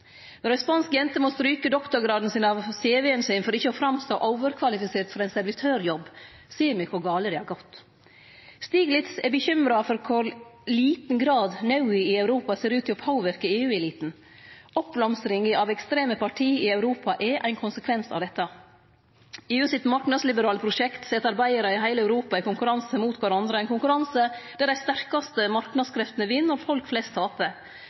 Når ei spansk jente må stryke doktorgraden av cv-en sin for ikkje å stå fram som overkvalifisert for ein servitørjobb, ser me kor gale det har gått. Stiglitz er bekymra for i kor liten grad nøda i Europa ser ut til å påverke EU-eliten. Oppblomstringa av ekstreme parti i Europa er ein konsekvens av dette. EUs marknadsliberale prosjekt set arbeidarar i heile Europa i konkurranse mot kvarandre – ein konkurranse der dei sterkaste marknadskreftene vinn og folk flest taper.